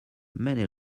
many